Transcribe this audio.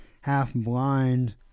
half-blind